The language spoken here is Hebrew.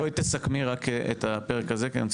בואי תסכמי רק את הפרק הזה כי אני רוצה